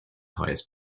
highest